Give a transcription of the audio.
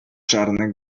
czarne